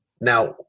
Now